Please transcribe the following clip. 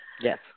Yes